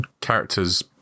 characters